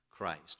Christ